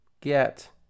get